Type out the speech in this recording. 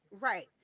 right